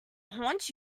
haunt